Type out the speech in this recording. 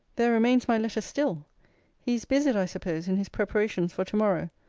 there remains my letter still he is busied, i suppose, in his preparations for to-morrow.